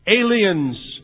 aliens